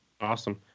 Awesome